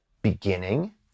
beginning